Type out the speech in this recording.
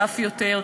ואף יותר.